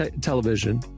television